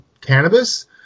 cannabis